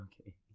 Okay